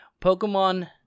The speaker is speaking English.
Pokemon